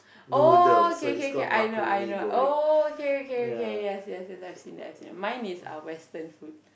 oh kay kay kay I know I know oh okay okay okay yes yes yes I've seen that I've seen that mine is uh western food